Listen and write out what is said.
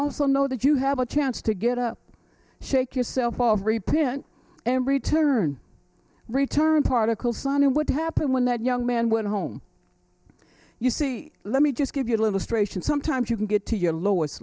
also know that you have a chance to get up shake yourself all three pin and return return particle son and what happened when that young man went home you see let me just give you a little straight in sometimes you can get to your lowest